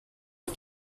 use